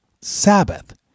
Sabbath